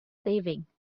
saving